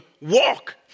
walk